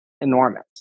enormous